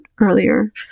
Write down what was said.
earlier